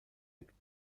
être